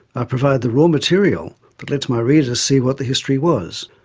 i provide the raw material that lets my readers see what the history was.